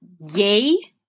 yay